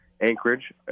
Anchorage